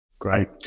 Great